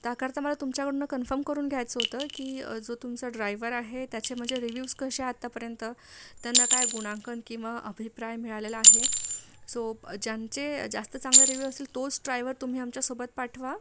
त्याकरता मला तुमच्याकडनं कन्फर्म करून घ्यायचं होतं की जो तुमचा ड्रायव्हर आहे त्याचे म्हणजे रिव्ह्यूज कसे आतापर्यंत त्यांना काय गुणांकन किंवा अभिप्राय मिळालेला आहे सो ज्यांचे जास्त चांगले रिव्ह्यू असेल तोच ड्रायव्हर तुम्ही आमच्यासोबत पाठवा